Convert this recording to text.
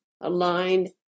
aligned